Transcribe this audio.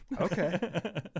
okay